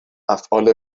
افعال